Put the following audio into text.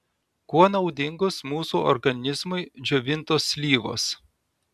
kuo naudingos mūsų organizmui džiovintos slyvos